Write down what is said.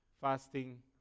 fasting